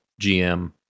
GM